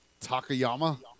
Takayama